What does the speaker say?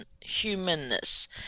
humanness